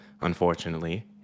unfortunately